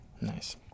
Nice